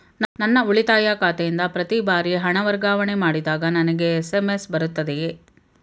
ನನ್ನ ಉಳಿತಾಯ ಖಾತೆಯಿಂದ ಪ್ರತಿ ಬಾರಿ ಹಣ ವರ್ಗಾವಣೆ ಮಾಡಿದಾಗ ನನಗೆ ಎಸ್.ಎಂ.ಎಸ್ ಬರುತ್ತದೆಯೇ?